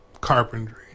Carpentry